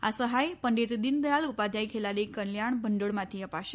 આ સહાય પંડિત દિનદયાલ ઉપાધ્યાય ખેલાડી કલ્યાણ ભંડોળમાંથી અપાશે